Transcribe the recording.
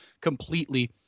completely